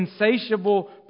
insatiable